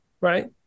right